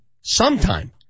Sometime